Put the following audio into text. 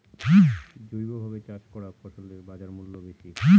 জৈবভাবে চাষ করা ফসলের বাজারমূল্য বেশি